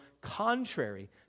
contrary